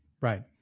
right